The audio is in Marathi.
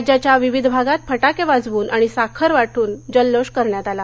राज्याच्या विविध भागात फटाके वाजवून आणि साखर वाटून जल्लोष साजरा करण्यात आला